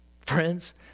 Friends